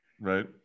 Right